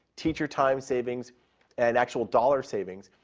teacher time savings and actual dollar savings.